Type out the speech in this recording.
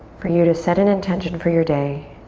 for you to set an intention for your day.